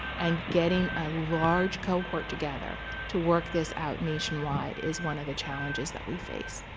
and getting a large cohort together to work this out nationwide is one of the challenges that we face.